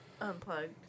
unplugged